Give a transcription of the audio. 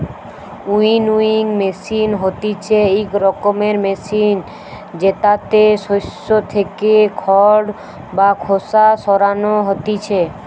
winnowing machine হতিছে ইক রকমের মেশিন জেতাতে শস্য থেকে খড় বা খোসা সরানো হতিছে